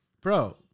Bro